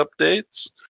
updates